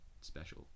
special